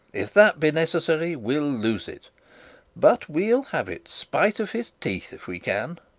if that be necessary, we'll lose it but we'll have it, spite of his teeth, if we can.